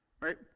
Right